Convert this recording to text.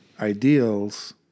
ideals